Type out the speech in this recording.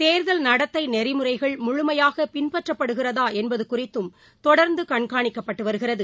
தேர்தல் நடத்தை நெறிமுறைகள் முழுமையாக பின்பற்றப்டுகிறதா என்பது குறித்தும் தொடர்ந்து கண்காணிப்பட்டு வருகிறது